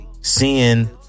seeing